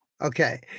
Okay